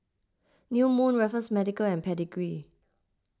New Moon Raffles Medical and Pedigree